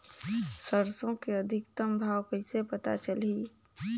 सरसो के अधिकतम भाव कइसे पता चलही?